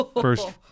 first